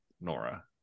Nora